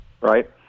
right